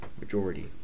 Majority